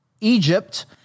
Egypt